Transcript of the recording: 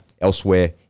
elsewhere